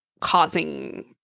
causing